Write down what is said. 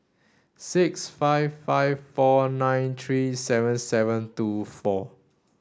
six five five four nine three seven seven two four